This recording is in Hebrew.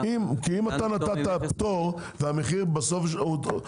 כי אם אתה נתת פטור והמחיר בסוף אותו דבר.